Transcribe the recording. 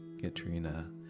katrina